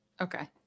Okay